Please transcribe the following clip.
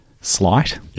slight